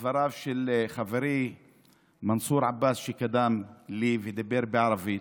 לדבריו של חברי מנסור עבאס, שקדם לי ודיבר בערבית.